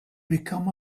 become